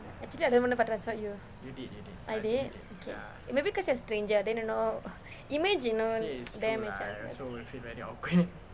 actually I don't even know if I transferred you I did okay maybe because it was stranger then you know image you know damage ஆயிறோம்:aayirom